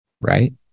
right